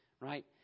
right